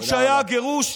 גם כשהיה גירוש,